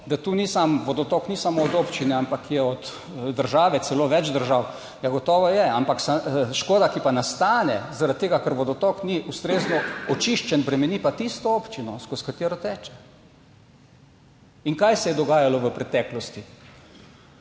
da vodotok ni samo od občine, ampak je od države, celo več držav, ja, gotovo je, ampak škoda, ki pa nastane, zaradi tega, ker vodotok ni ustrezno očiščen, bremeni pa tisto občino, skozi katero teče. In kaj se je dogajalo v preteklosti?